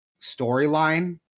storyline